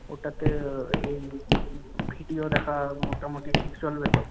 ওটাতে এই ভিডিয়ো দেখা মোটামুটি ঠিক চলবে তো